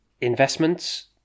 investments